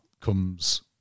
comes